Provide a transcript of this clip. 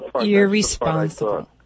irresponsible